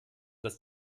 dass